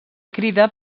crida